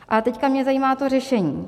A teď mě zajímá to řešení.